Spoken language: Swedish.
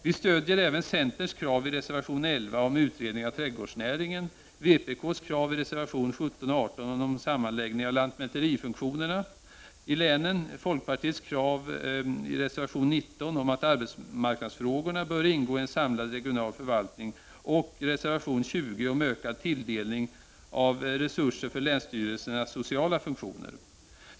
Vi stödjer även centerns krav i reservation 11 om utredning av trädgårdsnäringen, vpk:s krav i reservationerna 17-18 om sammanläggning av lantmäterifunktionerna i länen, folkpartiets krav i reservation 19 om att arbetsmarknadsfrågorna bör ingå i en samiad regional förvaltning och reservation 20 om ökad tilldelning av resurser för länsstyrelsernas sociala funktioner.